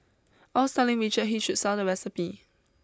I was telling Richard he should sell the recipe